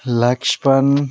Laxman